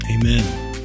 Amen